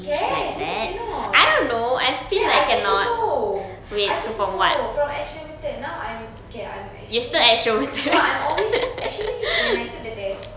can who say cannot ya I changed also I changed also from extroverted now I'm okay I'm actually no I'm always actually when I took the test